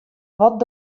wat